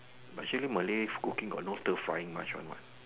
but usually Malay cooking got no stirring fired much one what